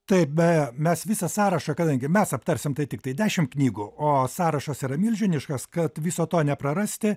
taip beje mes visą sąrašą kadangi mes aptarsim tai tiktai dešimt knygų o sąrašas yra milžiniškas kad viso to neprarasti